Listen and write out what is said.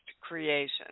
creation